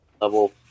level